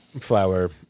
Flower